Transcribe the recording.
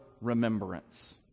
remembrance